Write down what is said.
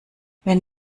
wenn